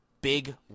Big